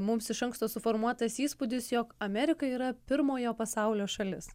mums iš anksto suformuotas įspūdis jog amerika yra pirmojo pasaulio šalis